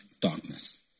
darkness